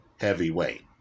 heavyweight